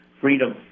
freedom